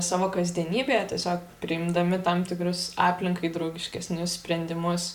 savo kasdienybėje tiesiog priimdami tam tikrus aplinkai draugiškesnius sprendimus